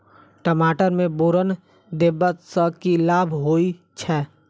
टमाटर मे बोरन देबा सँ की लाभ होइ छैय?